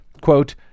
Quote